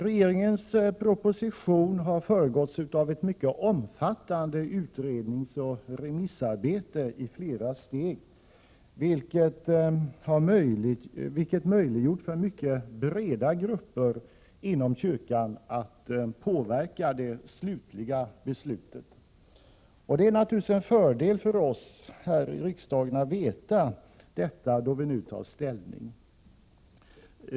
Regeringens proposition har föregåtts av ett mycket omfattande utredningsoch remissarbete i flera steg, vilket har möjliggjort för mycket breda grupper inom kyrkan att påverka det slutliga beslutet. Det är naturligtvis en fördel för oss här i riksdagen att veta detta då vi nu tar ställning.